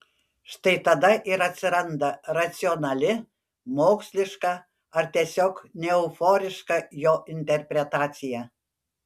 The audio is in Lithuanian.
štai tada ir atsiranda racionali moksliška ar tiesiog neeuforiška jo interpretacija